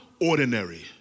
ordinary